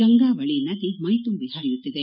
ಗಂಗಾವಳಿ ನದಿ ಮೈದುಂಬಿ ಹರಿಯುತ್ತಿದೆ